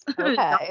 Okay